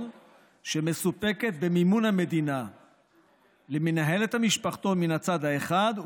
שמסופקת במימון המדינה למנהלת המשפחתון מן הצד האחד,